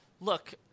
look